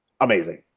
amazing